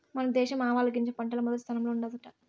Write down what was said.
మన దేశం ఆవాలగింజ పంటల్ల మొదటి స్థానంలో ఉండాదట